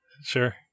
Sure